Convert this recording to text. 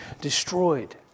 destroyed